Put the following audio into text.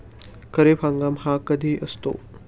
खरीप हंगाम हा कधी असतो?